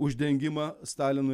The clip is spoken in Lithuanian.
uždengimą stalinu